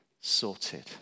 sorted